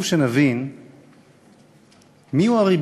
(חברי הכנסת מכבדים בקימה את צאת ראש